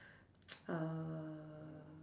uh